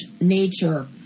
nature